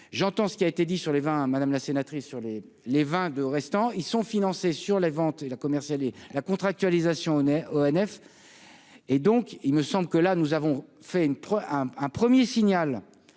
j'entends ce qui a été dit sur les vins, madame la sénatrice sur les les vins de restants, ils sont financés sur les ventes et la commerciale et la contractualisation ONF et donc il me semble que là nous avons fait une un 1er signal